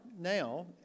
now